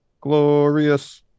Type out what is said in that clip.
Glorious